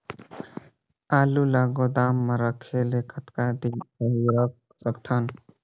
आलू ल गोदाम म रखे ले कतका दिन सही रख सकथन?